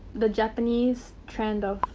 the japanese trend of.